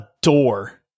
door